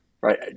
right